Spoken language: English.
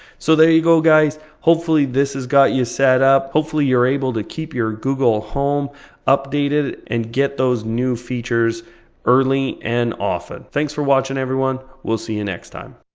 so there you go. hopefully hopefully this has got you set up. hopefully you're able to keep your google home updated, and get those new features early and often. thanks for watching everyone. we'll see you next time.